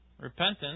repentance